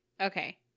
Okay